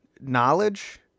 knowledge